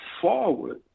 forward